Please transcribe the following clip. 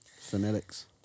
Phonetics